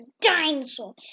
dinosaur